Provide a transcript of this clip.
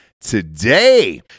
today